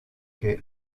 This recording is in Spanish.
que